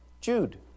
Jude